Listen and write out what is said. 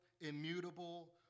immutable